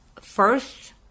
first